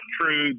true